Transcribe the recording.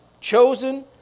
chosen